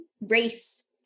race